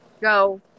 go